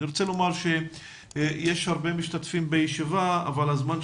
אני רוצה לומר שיש הרבה משתתפים בישיבה אבל זמננו